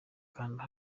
kanda